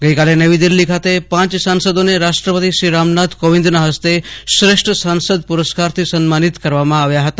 ગઈ કાલે નવી દીલ્ફી ખાતે પાંચ સાંસદોને રાષ્ટ્રપતિ શ્રી રામનાથ કોવિંદના ફસ્તે શ્રેષ્ઠ સાંસદ પુરસ્કારથી સન્માનિત કરવામાં આવ્યા હતા